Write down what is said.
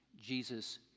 Jesus